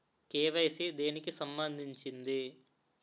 KYC దేనికి సంబందించింది?